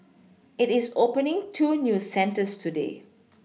it is opening two new centres today